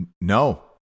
No